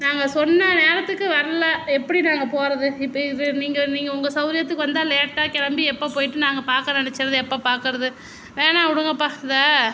நாங்கள் சொன்ன நேரத்துக்கு வரல எப்படி நாங்கள் போகிறது இப்போ இது நீங்கள் நீங்கள் உங்கள் சவுரியத்துக்கு வந்தால் லேட்டாக கிளம்பி எப்போ போயிட்டு நாங்கள் பார்க்க நினச்சத எப்ப பார்க்கறது வேணாவிடுங்கப்பா இந்த